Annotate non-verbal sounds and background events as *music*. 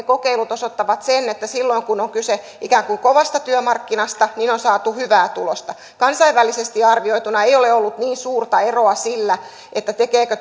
*unintelligible* kokeilut osoittavat sen että silloin kun on kyse ikään kuin kovasta työmarkkinasta on saatu hyvää tulosta kansainvälisesti arvioituna ei ole ollut niin suurta eroa sillä tekeekö *unintelligible*